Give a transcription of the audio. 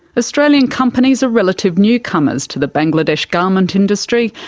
australian companies are relative newcomers to the bangladesh garment industry,